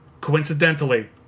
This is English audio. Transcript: coincidentally